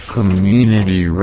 Community